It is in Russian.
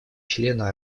члена